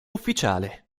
ufficiale